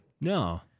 No